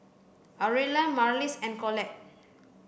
Aurilla Marlys and Colette